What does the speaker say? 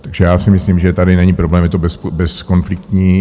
Takže si myslím, že tady není problém, je to bezkonfliktní.